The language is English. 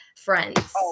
Friends